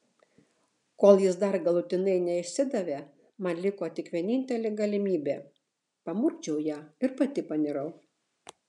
kol jis dar galutinai neišsidavė man liko tik vienintelė galimybė pamurkdžiau ją ir pati panirau